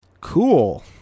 Cool